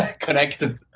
connected